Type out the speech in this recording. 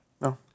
No